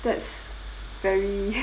that's very